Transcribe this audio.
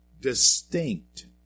distinct